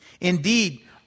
Indeed